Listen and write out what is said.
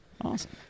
awesome